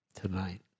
tonight